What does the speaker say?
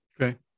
okay